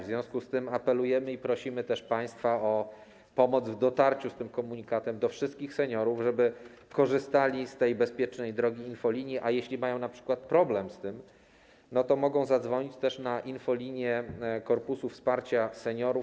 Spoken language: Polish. W związku z tym apelujemy i prosimy też państwa o pomoc w dotarciu z tym komunikatem do wszystkich seniorów, żeby korzystali z tej bezpiecznej drogi infolinii, a jeśli mają na przykład z tym problem, to mogą zadzwonić też na infolinię korpusu wsparcia seniorów.